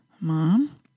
mom